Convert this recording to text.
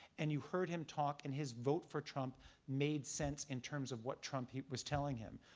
and you heard him talk and his vote for trump made sense in terms of what trump was telling him.